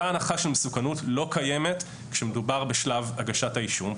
אותה הנחה של מסוכנות לא קיימת כשמדובר בשלב הגשת האישום.